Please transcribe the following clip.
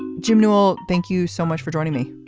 jim newell thank you so much for joining me.